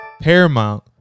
Paramount